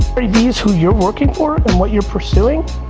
gary v s who you're working for and what you're pursuing?